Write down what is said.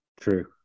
True